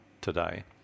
today